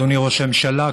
אדוני ראש הממשלה,